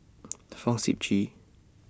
Fong Sip Chee